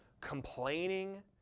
complaining